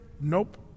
Nope